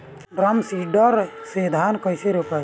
Drum seeder से धान कैसे रोपाई?